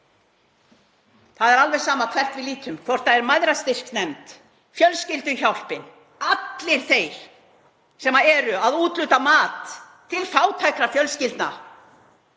Það er alveg sama hvert við lítum, hvort það er Mæðrastyrksnefnd, Fjölskylduhjálp Íslands, allir þeir aðilar sem eru að úthluta mat til fátækra fjölskyldna